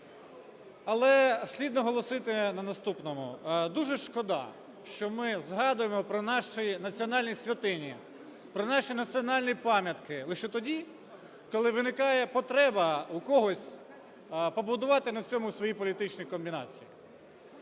але слід наголосити на наступному. Дуже шкода, що ми згадуємо про наші національні святині, про наші національні пам'ятки лише тоді, коли виникає потреба у когось побудувати на цьому свої політичні комбінації.